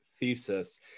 thesis